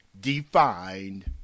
defined